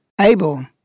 Abel